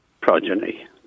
progeny